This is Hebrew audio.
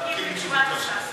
אנחנו מסתפקים בתשובת השר.